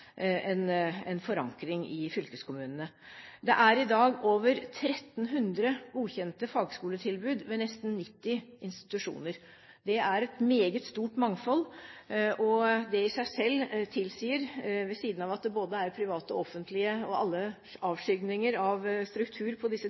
en forankring i fylkeskommunene. Det er i dag over 1 300 godkjente fagskoletilbud ved nesten 90 institusjoner. Det er et meget stort mangfold, og det i seg selv tilsier, ved siden av at det er privat, offentlig og alle avskygninger av struktur på disse